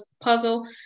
puzzle